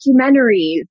documentaries